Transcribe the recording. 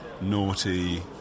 naughty